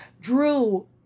Drew